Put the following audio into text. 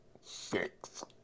Six